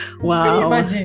wow